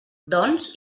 doncs